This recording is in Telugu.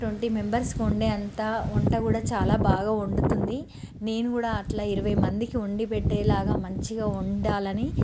ట్వంటీ మెంబెర్స్కి వండే అంత వంట కూడా చాలా బాగా వండుతుంది నేను కూడా అట్లా ఇరవై మందికి వండిపెట్టే లాగా మంచిగా వండాలని